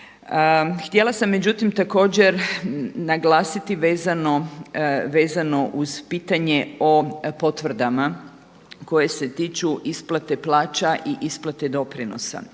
Htjela sam međutim također naglasiti vezano uz pitanje o potvrdama koje se tiču isplate plaća i isplate doprinosa.